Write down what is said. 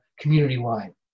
community-wide